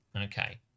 Okay